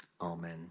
amen